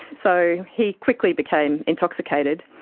so he quickly became intoxicated.